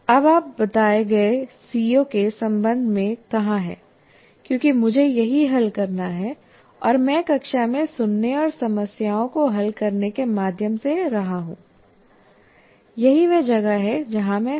अब आप बताए गए सीओ के संबंध में कहां हैं क्योंकि मुझे यही हल करना है और मैं कक्षा में सुनने और समस्याओं को हल करने के माध्यम से रहा हूं यही वह जगह है जहां मैं हूं